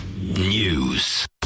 News